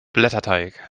blätterteig